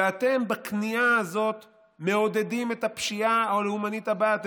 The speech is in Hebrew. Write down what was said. ואתם בכניעה הזאת מעודדים את הפשיעה הלאומנית הבאה.